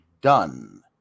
done